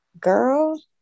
Girl